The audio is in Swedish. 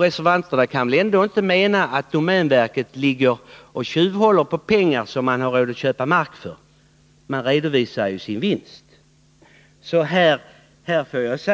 Reservanterna kan väl ändå inte mena att domänverket tjuvhåller på pengar som man har råd att köpa mark för — man redovisar ju sin vinst. Om man